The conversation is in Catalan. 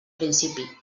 principi